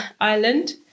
island